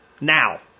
Now